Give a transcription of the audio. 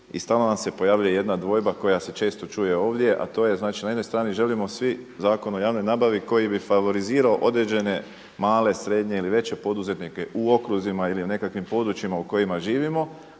stalno nam se pojavljuje jedna dvojba koja se često čuje ovdje, a to je znači da na jednoj strani želimo svi Zakon o javnoj nabavi koji bi favorizirao određene male, srednje ili veće poduzetnike u okruzima ili nekakvim područjima u kojima živimo,